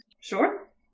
sure